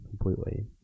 completely